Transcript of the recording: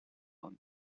rome